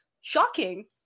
shocking